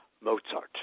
Mozart